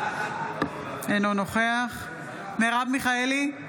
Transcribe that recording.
אינו נוכח מרב מיכאלי,